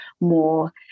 more